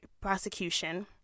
Prosecution